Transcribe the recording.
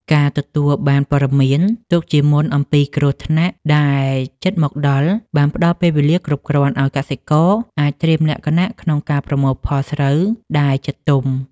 ការទទួលបានព័ត៌មានទុកជាមុនអំពីគ្រោះថ្នាក់ដែលជិតមកដល់ បានផ្តល់ពេលវេលាគ្រប់គ្រាន់ឱ្យកសិករអាចត្រៀមលក្ខណៈក្នុងការប្រមូលផលស្រូវដែលជិតទុំ។